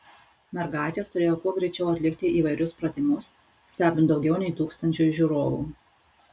mergaitės turėjo kuo greičiau atlikti įvairius pratimus stebint daugiau nei tūkstančiui žiūrovų